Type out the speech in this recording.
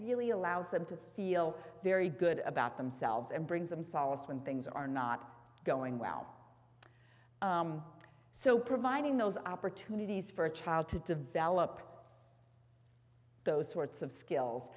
really allows them to feel very good about themselves and brings them solace when things are not going well so providing those opportunities for a child to develop those sorts of skills